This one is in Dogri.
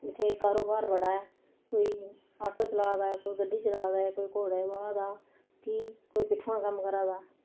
इत्थै के कारोबार बड़ा ऐ कोई आटो चला दा ऐ कोई गड्डी चला दा ऐ कोई घोड़े बाह् दा कि कोई पिट्ठू दा कम्म करा दा